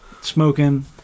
smoking